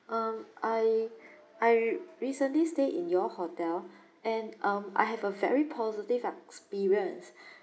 um I I recently stayed in your hotel and um I have a very positive experience